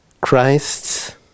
Christ's